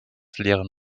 leeren